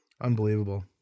Unbelievable